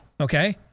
Okay